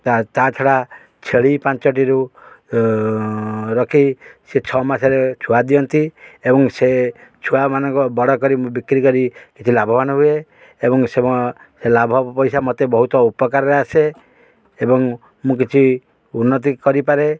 ତା ତା ଛଡ଼ା ଛେଳି ପାଞ୍ଚଟିରୁ ରଖି ସେ ଛଅ ମାସରେ ଛୁଆ ଦିଅନ୍ତି ଏବଂ ସେ ଛୁଆମାନଙ୍କ ବଡ଼ କରି ମୁଁ ବିକ୍ରି କରି କିଛି ଲାଭବାନ ହୁଏ ଏବଂ ସେ ଲାଭ ପଇସା ମୋତେ ବହୁତ ଉପକାରରେ ଆସେ ଏବଂ ମୁଁ କିଛି ଉନ୍ନତି କରିପାରେ